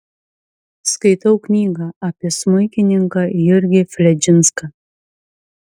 skaitau knygą apie smuikininką jurgį fledžinską